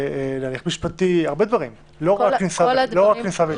הליך משפטי ועוד הרבה דברים, לא רק כניסה ויציאה.